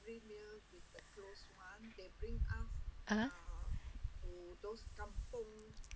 (uh huh)